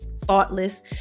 thoughtless